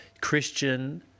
Christian